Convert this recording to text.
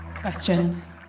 questions